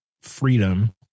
freedom